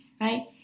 right